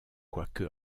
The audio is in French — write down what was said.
quoique